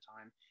time